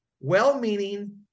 well-meaning